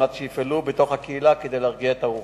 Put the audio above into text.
מנת שיפעלו בתוך הקהילה כדי להרגיע את הרוחות.